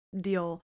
deal